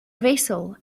vessel